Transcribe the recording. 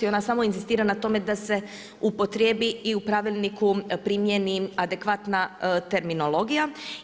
Ona samo inzistira na tome da se upotrijebi i u pravilniku primijeni adekvatna terminologija.